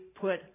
put